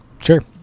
sure